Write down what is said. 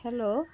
hello